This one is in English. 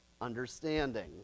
understanding